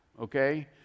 okay